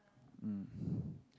mm